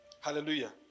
Hallelujah